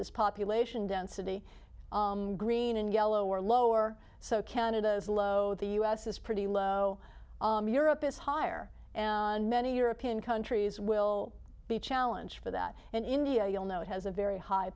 is population density green and yellow are lower so canada is low the us is pretty low europe is higher and many european countries will be challenge for that and india you'll know it has a very high